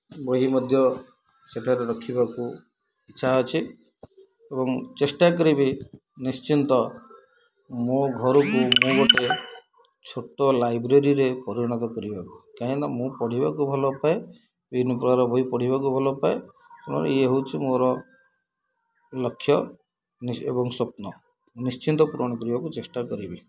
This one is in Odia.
ବହି ମଧ୍ୟ ସେଠାରେ ରଖିବାକୁ ଇଚ୍ଛା ଅଛି ଏବଂ ଚେଷ୍ଟା କରିବି ନିଶ୍ଚିନ୍ତ ମୋ ଘରକୁ ମୁଁ ଗୋଟେ ଛୋଟ ଲାଇବ୍ରେରୀରେ ପରିଣତ କରିବାକୁ କାହିଁକି ନା ମୁଁ ପଢ଼ିବାକୁ ଭଲପାଏ ବିଭିନ୍ନପ୍ରକାର ବହି ପଢ଼ିବାକୁ ଭଲପାଏ ତେଣୁ ଇଏ ହେଉଛି ମୋର ଲକ୍ଷ୍ୟ ଏବଂ ସ୍ୱପ୍ନ ନିଶ୍ଚିନ୍ତ ପୂରଣ କରିବାକୁ ଚେଷ୍ଟା କରିବି